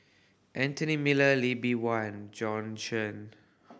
Anthony Miller Lee Bee Wah and Jorn Shen